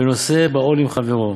נושא בעול עם חברו,